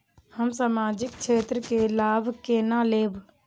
हम सामाजिक क्षेत्र के लाभ केना लैब?